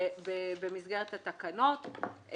במסגרת התקנות.